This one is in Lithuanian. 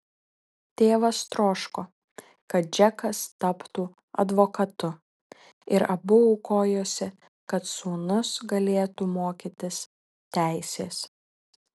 tėvas troško kad džekas taptų advokatu ir abu aukojosi kad sūnus galėtų mokytis teisės